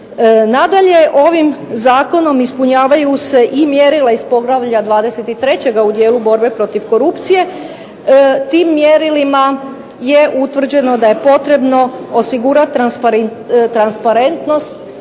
Nadalje ovim zakonom ispunjavaju se i mjerila iz poglavlja 23. u dijelu borbe protiv korupcije. Tim mjerilima je utvrđeno da je potrebno osigurati transparentnost